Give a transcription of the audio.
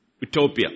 utopia